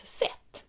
sätt